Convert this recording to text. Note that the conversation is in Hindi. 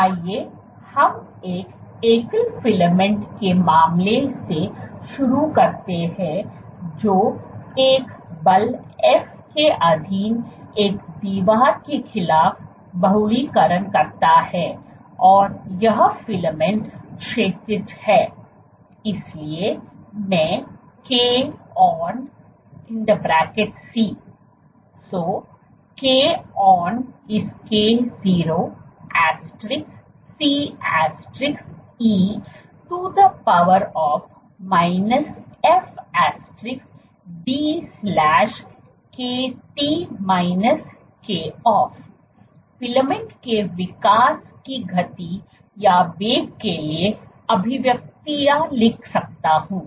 तो आइए हम एक एकल फिलामेंट के मामले से शुरू करते हैं जो एक बल एफ के अधीन एक दीवार के खिलाफ बहुलकीकरण करता है और यह फिलामेंट क्षैतिज है इसलिए मैं KonC So Kon is K0 C e to the power fdKt Koff filament के विकास की गति या वेग के लिए अभिव्यक्ति लिख सकता हूं